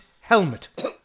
helmet